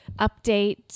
update